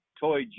toy